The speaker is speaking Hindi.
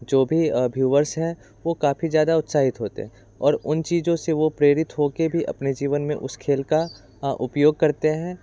जो भी व्यूअर्स हैं वह काफ़ी ज़्यादा उत्साहित होते हैं और उन चीज़ों से वह प्रेरित होकर भी अपने जीवन में उसे खेल का उपयोग करते हैं